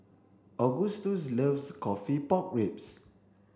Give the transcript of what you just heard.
Agustus loves coffee pork ribs